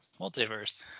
multiverse